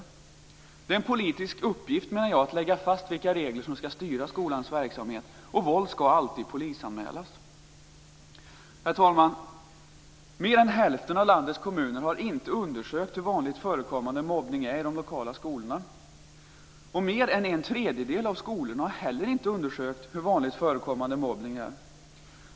Jag menar att det är en politisk uppgift att lägga fast vilka regler som skall styra skolans verksamhet. Våld skall alltid polisanmälas. Herr talman! Mer än hälften av landets kommuner har inte undersökt hur vanligt förekommande mobbning är i de lokala skolorna. Mer än en tredjedel av skolorna har inte heller undersökt hur vanligt förekommande mobbning är.